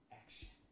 action